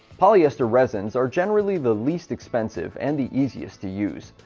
polyester resins are generally the least expensive and the easiest to use.